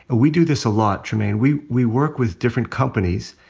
and we do this a lot, trymaine. we we work with different companies,